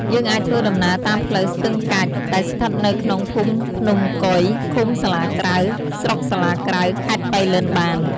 យើងអាចធ្វើដំណើរតាមផ្លូវស្ទឹងកាច់ ដែលស្ថិតនៅក្នុងភូមិភ្នំកុយ ឃុំសាលាក្រៅ ស្រុកសាលាក្រៅ ខេត្តប៉ៃលិនបាន។